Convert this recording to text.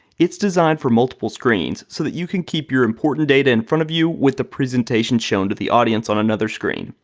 it's designed for multiple screens, so that you can keep your important data in front of you with the presentation shown to the audience on another screen.